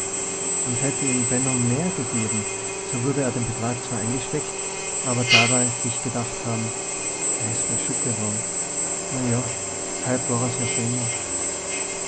und hätte ihm benno mehr gegeben so würde er den betrag zwar eingesteckt aber dabei sich gedacht haben er is meschugge wor'n no ja halb war